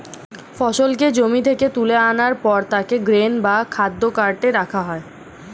ফসলকে জমি থেকে তুলে আনার পর তাকে গ্রেন বা খাদ্য কার্টে রাখা হয়